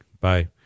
Bye